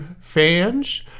fans